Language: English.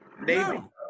No